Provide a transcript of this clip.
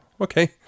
Okay